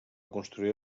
construir